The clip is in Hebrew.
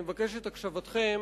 אני מבקש את הקשבתכם.